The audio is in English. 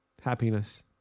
happiness